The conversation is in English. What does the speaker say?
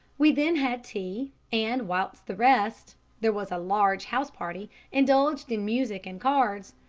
we then had tea, and whilst the rest there was a large house-party indulged in music and cards,